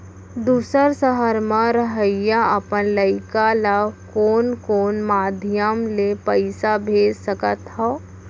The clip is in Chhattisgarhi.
दूसर सहर म रहइया अपन लइका ला कोन कोन माधयम ले पइसा भेज सकत हव?